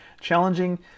challenging